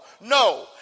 no